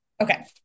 Okay